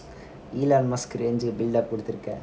elon musk range எப்டிலாம்கொடுத்திருக்கேன்:apdilam kodudhirukken